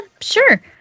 Sure